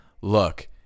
look